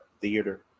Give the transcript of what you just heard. theater